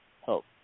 help